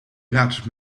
large